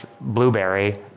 blueberry